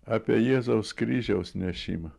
apie jėzaus kryžiaus nešimą